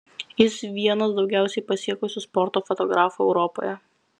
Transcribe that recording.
jis vienas daugiausiai pasiekusių sporto fotografų europoje